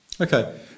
Okay